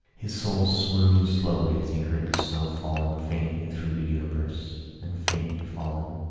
his soul swooned slowly as he heard the snow falling faintly through the universe and faintly falling,